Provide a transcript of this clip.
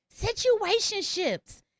situationships